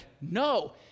No